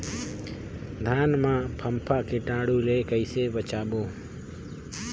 धान मां फम्फा कीटाणु ले कइसे बचाबो?